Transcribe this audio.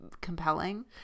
compelling